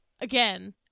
Again